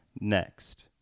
Next